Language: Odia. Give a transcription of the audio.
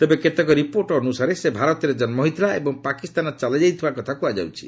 ତେବେ କେତେକ ରିପୋର୍ଟ ଅନୁସାରେ ସେ ଭାରତରେ ଜନ୍ମ ହୋଇଥିଲା ଏବଂ ପାକିସ୍ତାନ ଚାଲିଯାଇଥିବା କୁହାଯାଉଛି